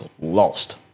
lost